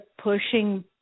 pushing